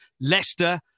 Leicester